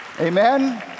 amen